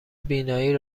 بینایی